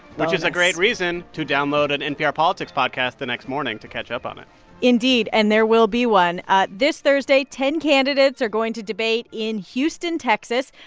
which is a great reason to download an npr politics podcast the next morning to catch up on it indeed, and there will be one. this thursday, ten candidates are going to debate in houston, texas.